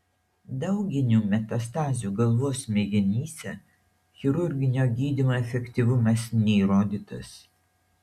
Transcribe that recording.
dauginių metastazių galvos smegenyse chirurginio gydymo efektyvumas neįrodytas